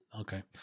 Okay